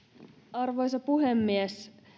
arvoisa puhemies